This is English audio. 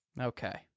Okay